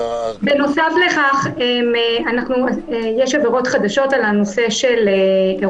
בנוסף, יש עבירות חדשות על נושא אירועים.